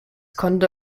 konnte